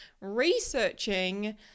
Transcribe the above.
researching